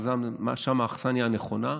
ששם האכסניה הנכונה.